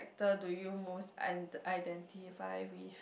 ~ter do you most id~ identify with